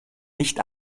nicht